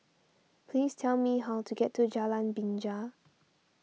please tell me how to get to Jalan Binja